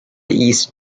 east